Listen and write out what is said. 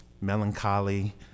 melancholy